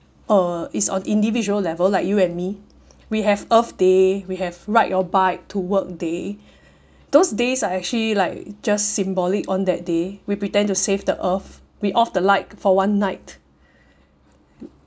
uh is on individual level like you and me we have earth day we have ride your bike to work day those days are actually like just symbolic on that day we pretend to save the earth we off the light for one night